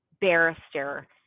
barrister